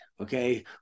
okay